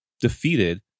defeated